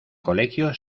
colegio